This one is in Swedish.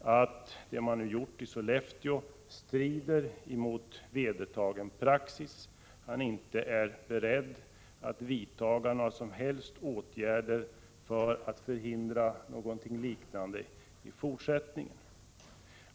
att det som gjorts i Sollefteå strider mot vedertagen praxis, är han inte beredd att vidta någon som helst åtgärd för att förhindra någonting liknande i framtiden.